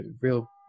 real